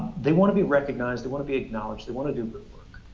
they want to be recognized, they want to be acknowledged they wanna do good work.